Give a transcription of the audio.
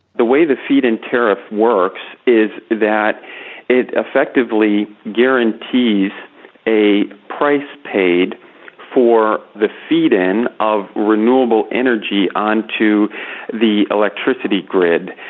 the way the feed-in tariff works is that it effectively guarantees a price paid for the feed-in of renewable energy onto the electricity grid.